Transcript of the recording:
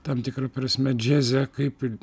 tam tikra prasme džiaze kaip ir